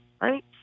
right